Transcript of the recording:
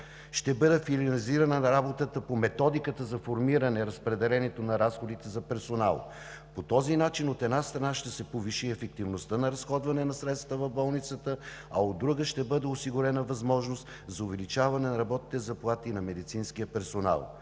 Ще бъде финализирана работата по методиката за формиране разпределението на разходите за персонал. По този начин, от една страна, ще се повиши ефективността на разходване на средствата в болниците, а от друга, ще бъде осигурена възможност за увеличаване на работните заплати на медицинския персонал.